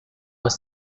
was